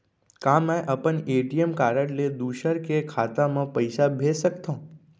का मैं अपन ए.टी.एम कारड ले दूसर के खाता म पइसा भेज सकथव?